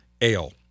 ale